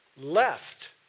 left